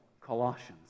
Colossians